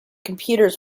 computers